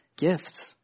gifts